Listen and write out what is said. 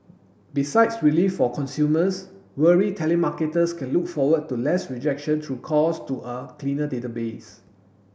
besides relief for consumers weary telemarketers can look forward to less rejection through calls to a cleaner database